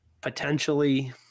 potentially –